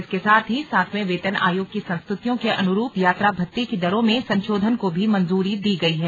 इसके साथ ही सातवें वेतन आयोग की संस्तुतियों के अनुरूप यात्रा भत्ते की दरों में संशोधन को भी मंजूरी दी गई है